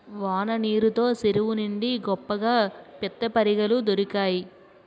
వాన నీరు తో సెరువు నిండి గొప్పగా పిత్తపరిగెలు దొరికేయి